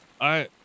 I-